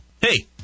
Hey